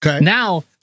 now